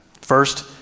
First